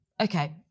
okay